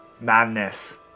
madness